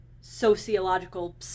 sociological